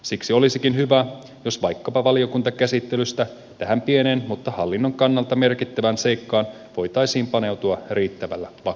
siksi olisikin hyvä jos vaikkapa valiokuntakäsittelyssä tähän pieneen mutta hallinnon kannalta merkittävään seikkaan voitaisiin paneutua riittävällä vakavuudella